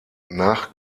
nach